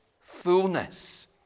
fullness